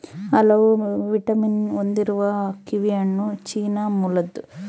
ಹಲವು ವಿಟಮಿನ್ ಹೊಂದಿರುವ ಕಿವಿಹಣ್ಣು ಚೀನಾ ಮೂಲದ್ದು